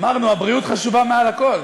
אמרנו שהבריאות חשובה, מעל הכול.